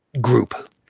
group